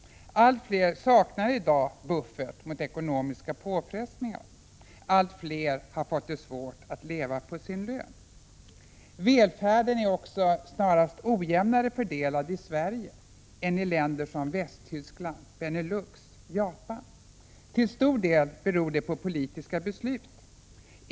Allt fler saknar i dag en buffert mot ekonomiska påfrestningar. Allt fler har fått det svårt att leva på sin lön. Välfärden är också snarast ojämnare fördelad i Sverige än i länder som Västtyskland, Benelux och Japan. Till stor del beror detta på politiska beslut.